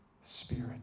Spirit